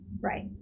right